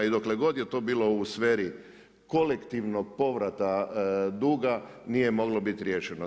I dokle god je to bilo u sferi kolektivnog povrata duga nije moglo biti riješeno.